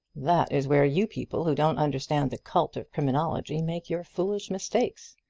that is where you people who don't understand the cult of criminology make your foolish mistakes.